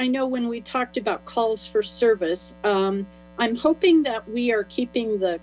i know when we talked about calls for service i'm hoping that we are keeping the